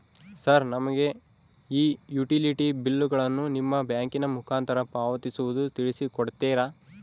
Sir ನಮಗೆ ಈ utility ಬಿಲ್ಲುಗಳನ್ನು ನಿಮ್ಮ ಬ್ಯಾಂಕಿನ ಮುಖಾಂತರ ಪಾವತಿಸುವುದನ್ನು ತಿಳಿಸಿ ಕೊಡ್ತೇರಾ?